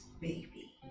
baby